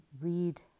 read